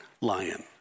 lion